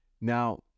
Now